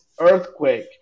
Earthquake